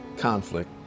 conflict